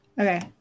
okay